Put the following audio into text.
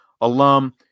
alum